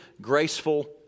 graceful